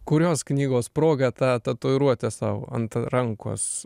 kurios knygos proga tą tatuiruotę sau ant rankos